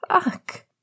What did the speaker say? fuck